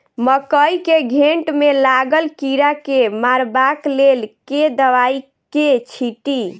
मकई केँ घेँट मे लागल कीड़ा केँ मारबाक लेल केँ दवाई केँ छीटि?